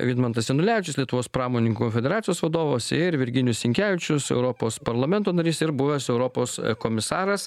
vidmantas janulevičius lietuvos pramoninkų federacijos vadovas ir virginijus sinkevičius europos parlamento narys ir buvęs europos komisaras